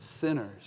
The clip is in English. sinners